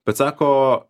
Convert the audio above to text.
bet sako